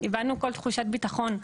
איבדנו כל תחושת ביטחון,